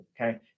okay